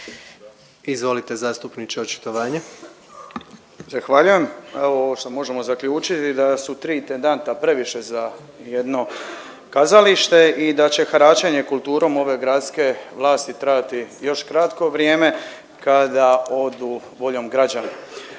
Izvolite, zastupniče, očitovanje. **Šuta, Tomislav (HDZ)** Zahvaljujem. A ovo što možemo zaključiti da su tri intendanta previše za jedno kazalište i da će haračenje kulturom ove gradske vlasti trajati još kratko vrijeme kada odu voljom građana.